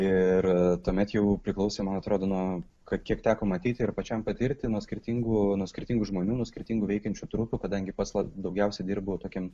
ir tuomet jau priklausė man atrodo nuo kad kiek teko matyti ir pačiam patirti nuo skirtingų nuo skirtingų žmonių nuo skirtingų veikiančių trupių kadangi pats daugiausiai dirbau tokiam